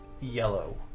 yellow